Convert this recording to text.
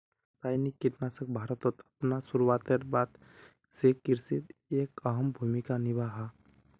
रासायनिक कीटनाशक भारतोत अपना शुरुआतेर बाद से कृषित एक अहम भूमिका निभा हा